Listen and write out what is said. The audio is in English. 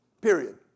Period